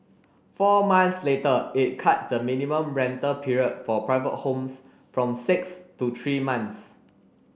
four months later it cut the minimum rental period for private homes from six to three months